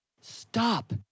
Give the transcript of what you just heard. Stop